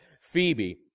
Phoebe